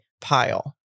pile